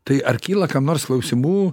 tai ar kyla kam nors klausimų